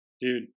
Dude